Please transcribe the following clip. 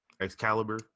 Excalibur